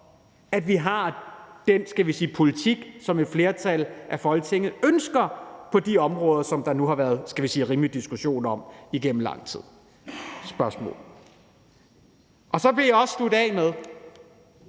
at vi har den politik, som et flertal i Folketinget ønsker, på de områder, som der nu har været, skal vi sige rimelig diskussion om igennem lang tid? Det er mit spørgsmål. Så vil jeg slutte af med